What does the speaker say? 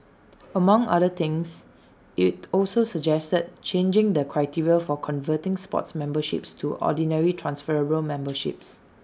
among other things IT also suggested changing the criteria for converting sports memberships to ordinary transferable memberships